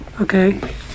okay